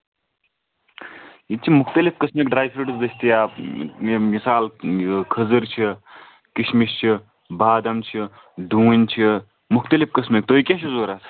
ییٚتہِ چھِ مُختٔلِف قٕسمٕکۍ ڈراے فروٗٹ دٔستِیاب مِثال کھٔزٕرچھِ کِشمِش چھِ بادم چھِ دوٗنۍ مُختٔلِف قٕسمٕکۍ تُہۍ کیاہ چھُو ضروٗرت